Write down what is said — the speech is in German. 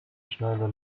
schneider